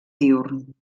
diürn